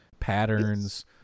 patterns